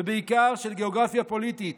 ובעיקר של גיאוגרפיה פוליטית,